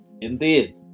Indeed